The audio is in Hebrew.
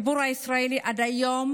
הציבור הישראלי עד היום